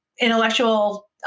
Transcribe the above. intellectual